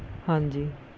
ਹਾਂਜੀ